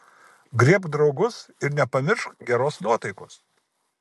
griebk draugus ir nepamiršk geros nuotaikos